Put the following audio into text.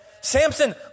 Samson